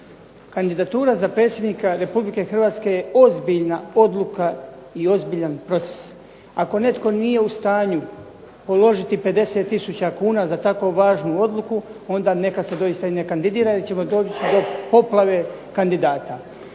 Kandidatura za predsjednika Republike Hrvatske je ozbiljna odluka i ozbiljan proces. Ako netko nije u stanju položiti 50 tisuća kuna za tako važnu odluku onda neka se doista i ne kandidira jer ćemo doći do poplave kandidata.